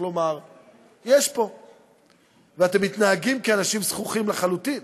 ואתם מתנהגים כאנשים זחוחים לחלוטין.